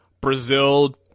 Brazil